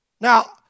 Now